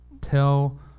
tell